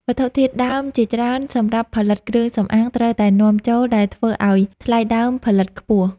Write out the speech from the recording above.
វត្ថុធាតុដើមជាច្រើនសម្រាប់ផលិតគ្រឿងសម្អាងត្រូវតែនាំចូល ដែលធ្វើឱ្យថ្លៃដើមផលិតខ្ពស់។